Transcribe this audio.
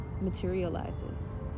materializes